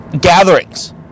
Gatherings